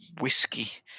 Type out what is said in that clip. whiskey